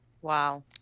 Wow